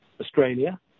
Australia